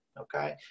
Okay